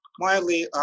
Mildly